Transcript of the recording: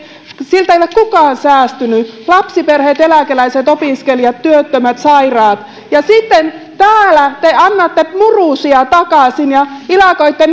siltä ei ole kukaan säästynyt lapsiperheet eläkeläiset opiskelijat työttömät sairaat ja sitten täällä te annatte murusia takaisin ja ilakoitte